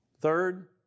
Third